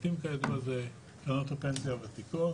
עמיתים כידוע אלה קרנות הפנסיה הוותיקות